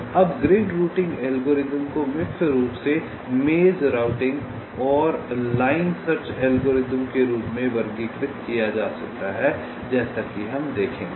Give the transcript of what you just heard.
अब grid routing algorithm को मुख्य रूप से मेज़ राउटिंग और लाइन सर्च एल्गोरिदम के रूप में वर्गीकृत किया जा सकता है जैसा कि हम देखेंगे